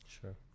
Sure